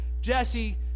Jesse